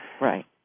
Right